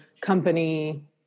company